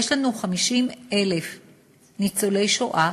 יש לנו 50,000 ניצולי שואה